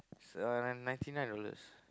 it's around ninety nine dollars